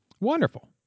Wonderful